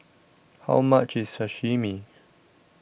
How much IS Sashimi